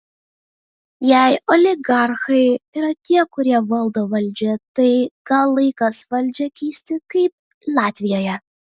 jei oligarchai yra tie kurie valdo valdžią tai gal laikas valdžią keisti kaip latvijoje